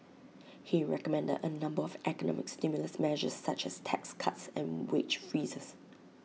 he recommended A number of economic stimulus measures such as tax cuts and wage freezes